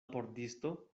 pordisto